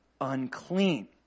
unclean